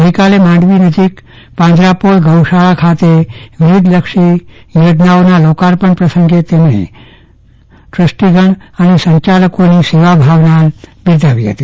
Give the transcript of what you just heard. ગઈકાલે માંડવી નજીક પાંજરાપોળ ગૌશાળા ખાતે વિવિધલક્ષી યોજનાઓના લોકાર્પણ પ્રસંગે તેમણે સંચાલકોની સેવા ભાવના બિરદાવી હતી